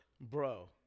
bro